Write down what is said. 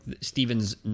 Stephen's